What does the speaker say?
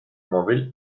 móvil